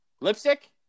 Lipstick